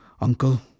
Uncle